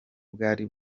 bwari